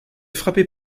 frappé